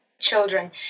children